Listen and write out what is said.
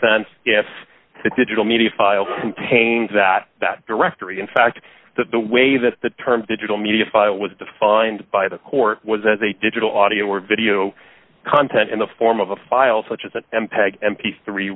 sense if the digital media file contains that that directory in fact that the way that the term digital media file was defined by the court was as a digital audio or video content in the form of a file such as an mpeg m p three